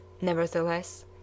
nevertheless